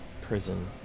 prison